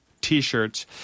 T-shirts